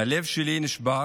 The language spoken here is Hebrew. הלב שלי נשבר.